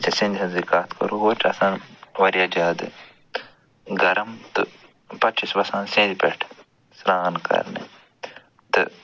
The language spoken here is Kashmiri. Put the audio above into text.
سٮ۪ندِ ہِنزٕے کَتھ کَرَو ہُہ تہِ چھِ آسان واریاہ زیادٕ گرم تہٕ پتہٕ چھِ أسۍ وَسان سٮ۪ندِ پٮ۪ٹھ سران کرنہِ تہٕ